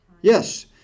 Yes